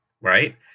Right